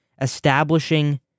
establishing